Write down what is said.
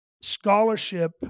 scholarship